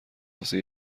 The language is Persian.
واسه